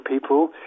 people